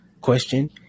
question